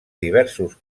diversos